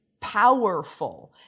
powerful